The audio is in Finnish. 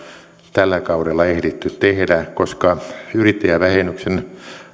tällä kaudella ehditty tehdä koska yrittäjävähennyksen